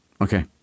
Okay